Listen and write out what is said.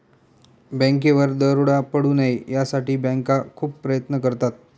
बँकेवर दरोडा पडू नये यासाठी बँका खूप प्रयत्न करतात